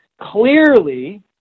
Clearly